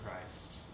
Christ